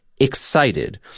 excited